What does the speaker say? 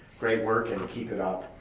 great work and keep it up.